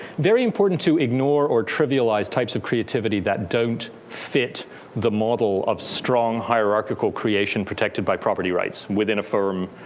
very important to ignore or trivialize types of creativity that don't fit the model of strong, hierarchical creation protected by property rights within a firm,